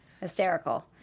Hysterical